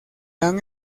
han